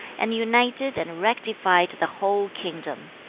and united and rectified the whole kingdom.